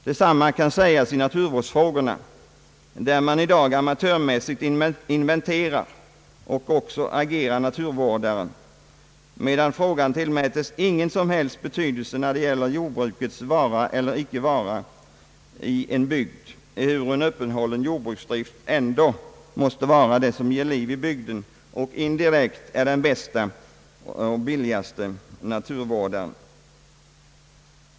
Detsamma kan sägas i naturvårdsfrågorna, där man i dag amatörmässigt inventerar och agerar naturvårdare medan frågan inte tillmätes någon som helst betydelse när det gäller jordbrukets vara eller icke vara i en bygd, ehuru en uppehållen jordbruksdrift ändå måste vara det som ger liv i bygden och indirekt är den bästa och billigaste naturvården.